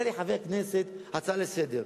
עשה לי חבר כנסת הצעה לסדר-היום.